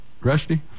Rusty